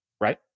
Right